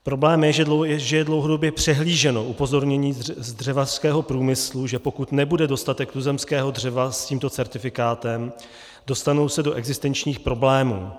Problém je, že je dlouhodobě přehlíženo upozornění z dřevařského průmyslu, že pokud nebude dostatek tuzemského dřeva s tímto certifikátem, dostanou se do existenčních problémů.